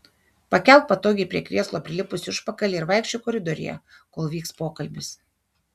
pakelk patogiai prie krėslo prilipusį užpakalį ir vaikščiok koridoriuje kol vyks pokalbis